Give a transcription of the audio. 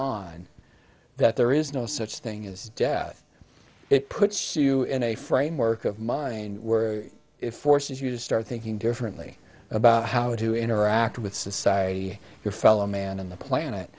on that there is no such thing as death it puts you in a framework of mine were it forces you to start thinking differently about how to interact with society your fellow man in the planet